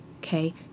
Okay